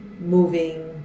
moving